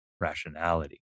rationality